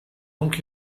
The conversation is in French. donc